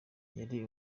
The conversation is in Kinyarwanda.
yari